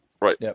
Right